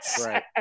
Right